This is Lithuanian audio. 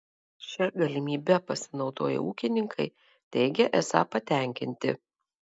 šia galimybe pasinaudoję ūkininkai teigia esą patenkinti